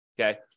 okay